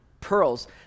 pearls